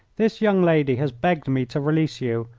this young lady has begged me to release you,